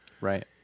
right